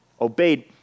obeyed